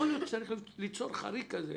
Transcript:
יכול להיות שצריך ליצור חריג כזה